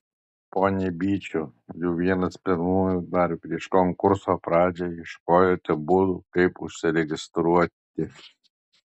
pone byčiau jūs vienas pirmųjų dar prieš konkurso pradžią ieškojote būdų kaip užsiregistruoti